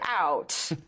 out